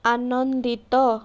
ଆନନ୍ଦିତ